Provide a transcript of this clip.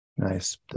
Nice